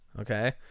okay